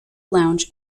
lounge